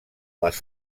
les